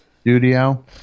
Studio